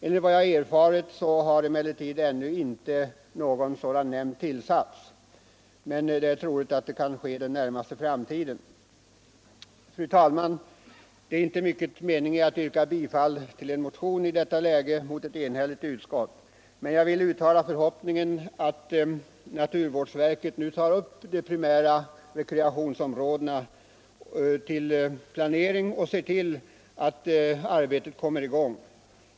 Enligt vad jag erfarit har en sådan nämnd ännu inte tillsatts, vilket jag tycker innebär onödigt dröjsmål, men det är att hoppas att tillsättningen sker den närmaste framtiden. Fru talman! Det är inte mycket mening i att yrka bifall till motionen mot ett enhälligt utskott, men jag vill uttala förhoppningen att naturvårdsverket nu tar upp de primära rekreationsområdena till planering och ser till att arbetet kommer i gång.